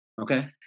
okay